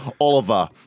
Oliver